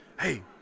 Hey